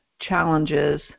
challenges